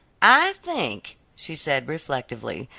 i think, she said reflectively,